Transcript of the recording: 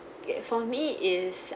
okay for me is